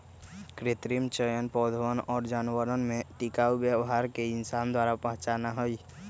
कृत्रिम चयन पौधवन और जानवरवन में टिकाऊ व्यवहार के इंसान द्वारा पहचाना हई